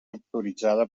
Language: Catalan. autoritzada